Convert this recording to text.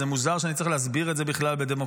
וזה מוזר שאני צריך להסביר את זה בכלל בדמוקרטיה.